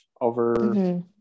over